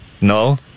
No